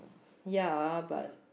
yeah but